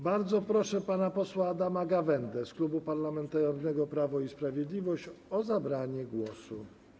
Bardzo proszę pana posła Adama Gawędę z Klubu Parlamentarnego Prawo i Sprawiedliwość o zabranie głosu.